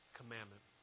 commandment